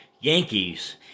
Yankees